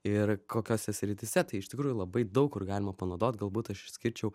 ir kokiose srityse tai iš tikrųjų labai daug kur galima panaudot galbūt aš išskirčiau